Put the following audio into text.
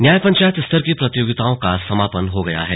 न्याय पंचायत स्तर की प्रतियोगिताओं का समापन हो गया है